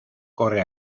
corre